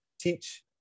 teach